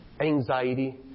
anxiety